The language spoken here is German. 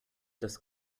das